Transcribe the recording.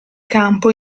campo